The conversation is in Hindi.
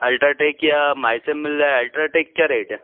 अल्ट्राटेक या माइसेम मिल जाए अल्ट्राटेक क्या रेट है